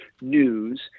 news